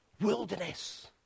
wilderness